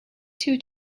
two